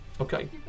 Okay